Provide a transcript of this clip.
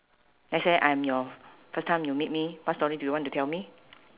let's say I'm your first time you meet me what story do you want to tell me